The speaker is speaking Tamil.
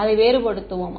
அதை வேறுபடுத்துவோம்